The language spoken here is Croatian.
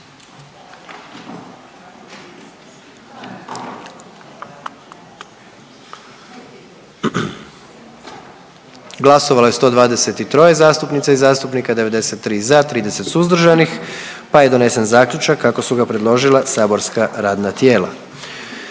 Glasovalo je 123 zastupnica i zastupnika, 93 za, 30 suzdržanih, pa je donesen zaključak kako su ga predložila saborska radna tijela.